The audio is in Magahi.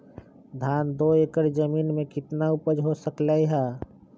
धान दो एकर जमीन में कितना उपज हो सकलेय ह?